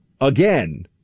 again